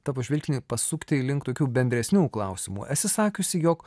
tavo žvilgsnį pasukti link tokių bendresnių klausimų esi sakiusi jog